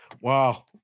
Wow